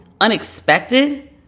unexpected